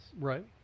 Right